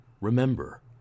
remember